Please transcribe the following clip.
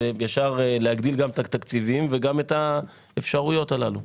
וישר להגדיל גם את התקציבים וגם את האפשרויות הללו.